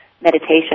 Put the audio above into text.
meditation